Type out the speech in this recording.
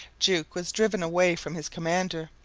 jukes was driven away from his commander.